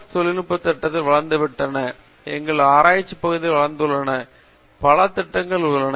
S தொழில்நுட்ப திட்டங்கள் வளர்ந்துவிட்டன எங்கள் ஆராய்ச்சிப் பகுதிகள் வளர்ந்துள்ளன பல திட்டங்கள் உள்ளன